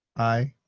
aye.